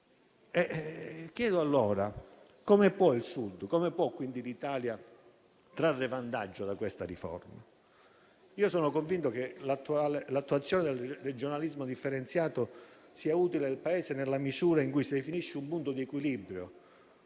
Chiedo, allora: come può il Sud e come può l'Italia trarre vantaggio da questa riforma? Io sono convinto che l'attuazione del regionalismo differenziato sia utile al Paese nella misura in cui si definisca un punto di equilibrio